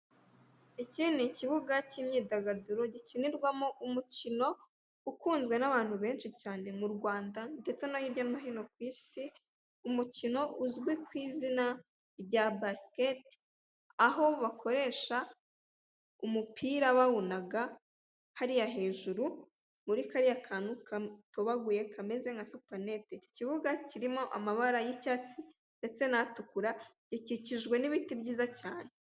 Iki ni ikibuga cy'imyidagaduro, gikinirwamo umukino ukunzwe n'abantu benshi cyane mu Rwanda, ndetse no hirya no hino ku isi, umukino uzwi ku izina rya basikete, aho bakoresha umupira bawunaga hariya hejuru muri kariya kantu gatobaguye, kameze nka supenete. Ikibuga kirimo amabara y'icyatsi ndetse n'atukura, gikikijwe n'ibiti byiza cyane.